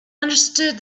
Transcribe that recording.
understood